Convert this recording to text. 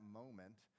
moment